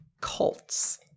cults